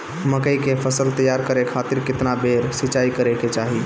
मकई के फसल तैयार करे खातीर केतना बेर सिचाई करे के चाही?